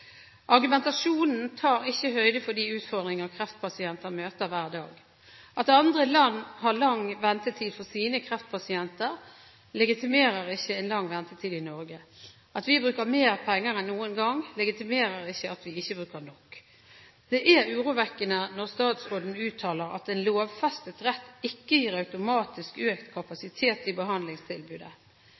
Argumentasjonen tar ikke høyde for de utfordringene kreftpasienter møter hver dag. At andre land har lang ventetid for sine kreftpasienter, legitimerer ikke en lang ventetid i Norge. At vi bruker mer penger enn noen gang, legitimerer ikke at vi ikke bruker nok. Det er urovekkende når statsråden uttaler at en lovfestet rett ikke gir automatisk økt kapasitet i behandlingstilbudet.